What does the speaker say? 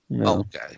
Okay